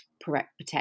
protect